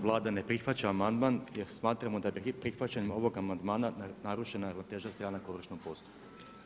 Vlada ne prihvaća amandman jer smatramo da bi prihvaćanjem ovog amandmana narušena ravnoteža stranaka u ovršnom postupku.